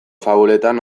fabuletan